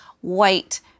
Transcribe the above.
white